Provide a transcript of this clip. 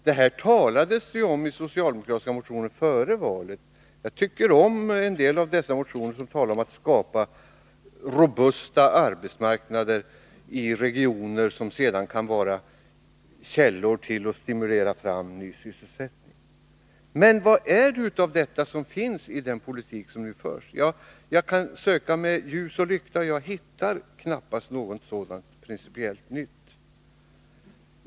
Det talades om detta i socialdemokratiska motioner före valet. Jag tycker om en del av dessa motioner, som talar om att skapa robusta arbetsmarknader i regioner, som sedan kan vara källor till och stimulera fram ny sysselsättning. Men vad finns av detta i den politik som nu förs? Jag kan söka med ljus och lykta, men jag hittar knappast något sådant principiellt nytt.